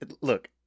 look